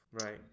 right